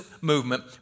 movement